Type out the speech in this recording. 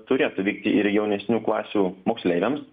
turėtų vykti ir jaunesnių klasių moksleiviams